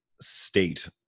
state